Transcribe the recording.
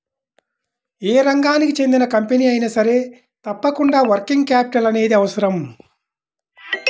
యే రంగానికి చెందిన కంపెనీ అయినా సరే తప్పకుండా వర్కింగ్ క్యాపిటల్ అనేది అవసరం